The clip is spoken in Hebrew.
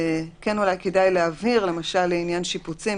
כדאי להבהיר מה הדין לעניין שיפוצים.